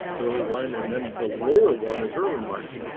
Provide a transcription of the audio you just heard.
early one and then the lower one is early march.